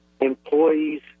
employees